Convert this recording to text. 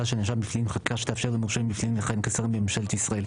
שנאשם בפלילים חקיקה שתאפשר למורשעים בפלילים לכהן כשרים בממשלת ישראל'.